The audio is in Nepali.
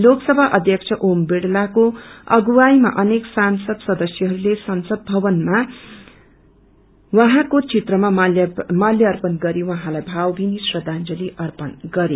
लोकसभा अध्यक्ष ओम विड़लाको अगुवाईमा अनेक संसद सदस्यहरूले संसद भवनमा उहाँको चित्रमा माल्यार्पण गरी उहाँलाइ भवभिनी श्रदाजंली अर्पण गरे